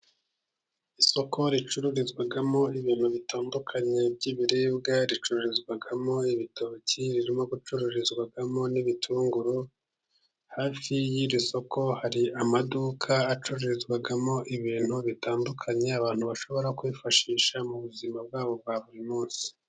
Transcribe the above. Isoko ricururizwamo ibintu bitandukanye by'ibiribwa. Ricururizwamo ibitoki, ririmo gucururizwamo n'ibitunguru. Hafi y'iri soko hari amaduka, acururizwamo ibintu bitandukanye, abantu bashobora kwifashisha mu buzima bwabo bwa buri munsi.